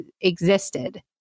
existed